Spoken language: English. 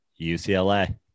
UCLA